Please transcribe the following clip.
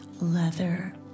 leather